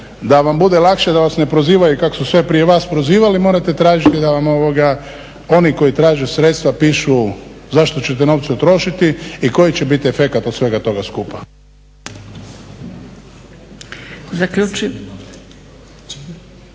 da vam bude lakše da vas ne prozivaju kako su sve prije vas prozivali. Morate tražiti da vam oni koji traže sredstva pišu za što ćete novce utrošiti i koji će biti efekat od svega toga skupa.